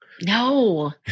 No